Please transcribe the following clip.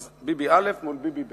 אז ביבי א' מול ביבי ב'.